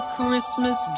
Christmas